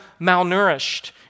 malnourished